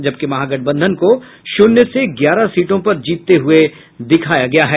जबकि महागठबंधन को शून्य से ग्यारह सीटों पर जीतते हुये दिखाया गया है